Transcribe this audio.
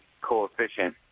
coefficient